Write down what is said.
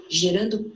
gerando